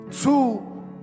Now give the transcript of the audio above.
two